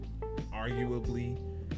arguably